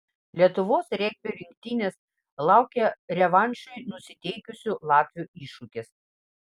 lietuvos regbio rinktinės laukia revanšui nusiteikusių latvių iššūkis